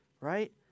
right